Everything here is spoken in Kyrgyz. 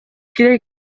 керек